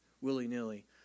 willy-nilly